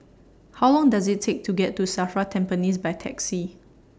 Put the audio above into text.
How Long Does IT Take to get to SAFRA Tampines By Taxi